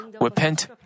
repent